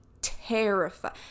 terrified